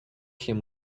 him